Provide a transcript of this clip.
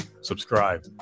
subscribe